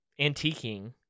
antiquing